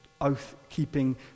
oath-keeping